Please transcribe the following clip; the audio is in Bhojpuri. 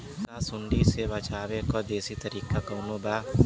का सूंडी से बचाव क देशी तरीका कवनो बा?